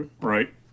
Right